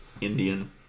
Indian